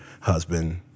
husband